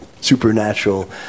supernatural